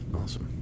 awesome